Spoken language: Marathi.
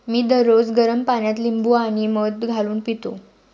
मी दररोज गरम पाण्यात लिंबू आणि मध घालून पितो